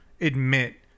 admit